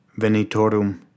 venitorum